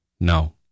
No